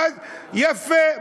יפה.